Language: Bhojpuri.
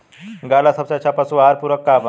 गाय ला सबसे अच्छा पशु आहार पूरक का बा?